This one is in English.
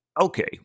Okay